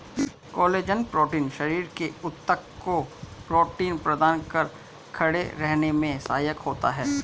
collagen protein शरीर के ऊतक को प्रोटीन प्रदान कर खड़े रहने में सहायक होता है